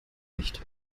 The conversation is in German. licht